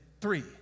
three